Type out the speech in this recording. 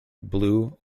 blue